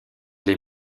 les